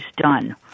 done